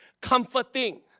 comforting